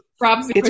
props